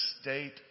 state